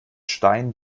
stein